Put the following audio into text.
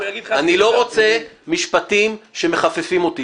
אני לא רוצה משפטים שמחפפים אותי.